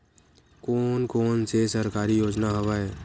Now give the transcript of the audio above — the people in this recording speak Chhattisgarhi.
कोन कोन से सरकारी योजना हवय?